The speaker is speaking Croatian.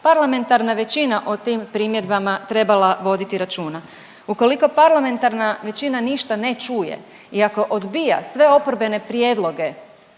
parlamentarna većina o tim primjedbama trebala voditi računa. Ukoliko parlamentarna većina ništa ne čuje i ako odbija sve oporbene prijedloge